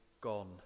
gone